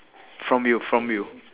from you from you